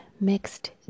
Mixed